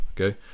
Okay